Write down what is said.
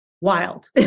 wild